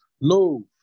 No